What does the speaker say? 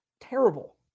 terrible